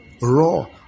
raw